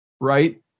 right